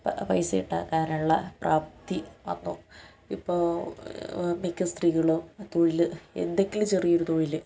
pi പൈസയുണ്ടാക്കാനുള്ള പ്രാപ്തി വന്നു ഇപ്പോൾ മിക്ക സ്ത്രീകളും തൊഴിൽ എന്തെങ്കിലും ചെറിയൊരു തൊഴിൽ